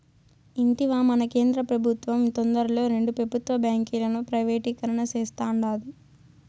ఇంటివా, మన కేంద్ర పెబుత్వం తొందరలో రెండు పెబుత్వ బాంకీలను ప్రైవేటీకరణ సేస్తాండాది